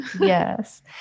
Yes